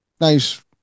nice